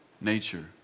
nature